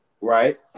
right